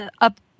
up